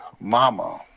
Mama